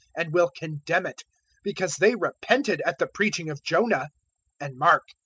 and will condemn it because they repented at the preaching of jonah and mark!